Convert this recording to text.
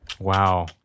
Wow